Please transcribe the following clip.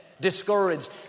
discouraged